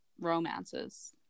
romances